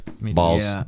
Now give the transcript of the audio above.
Balls